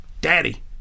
Daddy